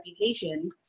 reputation